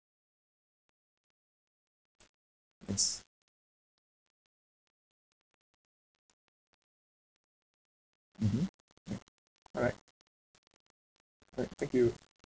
yes mmhmm ya alright alright thank you